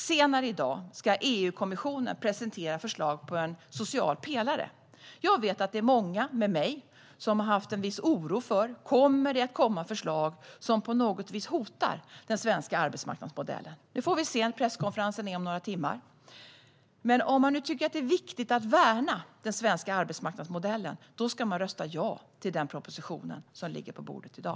Senare i dag ska EU-kommissionen presentera förslag på en social pelare. Jag vet att det är många med mig som har känt en viss oro för om det kommer att komma förslag som på något vis hotar den svenska arbetsmarknadsmodellen. Nu får vi se, vid presskonferensen om några timmar. Men om man tycker att det är viktigt att värna den svenska arbetsmarknadsmodellen ska man rösta ja till den proposition som ligger på bordet i dag.